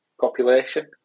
population